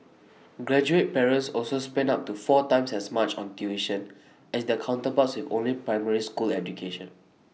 graduate parents also spent up to four times as much on tuition as their counterparts with only primary school education